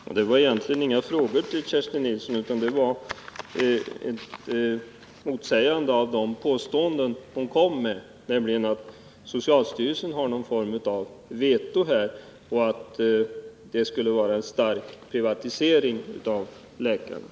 Fru talman! Jag ställde egentligen inga frågor till Kerstin Nilsson, utan vad jag gjorde var att jag motsade de påståenden hon kom med, nämligen att socialstyrelsen har någon form av vetorätt och att det skulle förekomma en stark privatisering av läkarkåren.